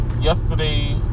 yesterday